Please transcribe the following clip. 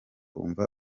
wumva